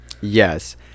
yes